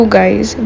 guys